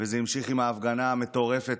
וזה המשיך עם ההפגנה המטורפת,